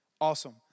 Awesome